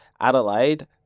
Adelaide